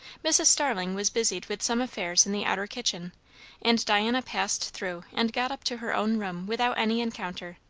mrs. starling was busied with some affairs in the outer kitchen and diana passed through and got up to her own room without any encounter.